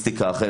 לא רק בשוטרים.